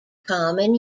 common